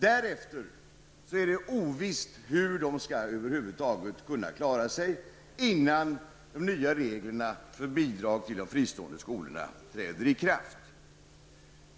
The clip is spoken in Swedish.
Därefter är det det ovisst hur dessa skolor över huvud taget skall kunna klara sig innan de nya reglerna för bidrag till de fristående skolorna träder i kraft.